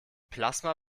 plasma